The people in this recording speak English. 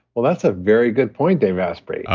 well, that's a very good point, dave asprey.